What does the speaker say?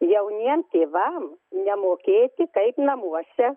jauniem tėvam nemokėti kaip namuose